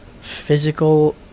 physical